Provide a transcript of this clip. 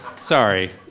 Sorry